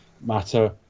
matter